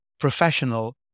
professional